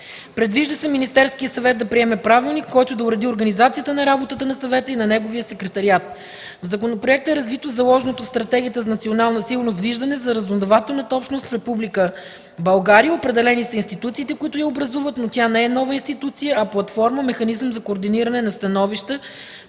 Предвижда се Министерският съвет да приеме правилник, в който да уреди организацията на работата на съвета и на неговия секретариат. В законопроекта е развито заложеното в Стратегията за национална сигурност виждане за разузнавателната общност в Република България. Определени са институциите, които я образуват, но тя не е нова институция, а платформа, механизъм за координиране на становища